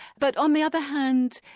but on the other hand,